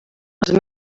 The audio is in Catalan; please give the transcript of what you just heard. els